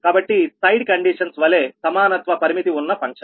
కాబట్టి side conditions వలె సమానత్వ పరిమితి ఉన్న ఫంక్షన్